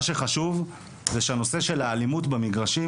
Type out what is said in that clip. מה שחשוב זה שהנושא של האלימות במגרשים